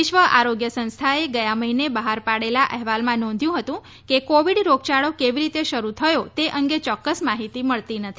વિશ્વ આરોગ્ય સંસ્થાએ ગયા મહિને બહાર પાડેલા અહેવાલમાં નોંધ્યું હતું કે કોવિડ રોગયાળો કેવી રીતે શરૂ યો તે અંગે ચોક્કસ માહિતી મળતી નથી